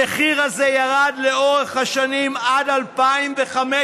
המחיר הזה ירד לאורך השנים, עד 2015,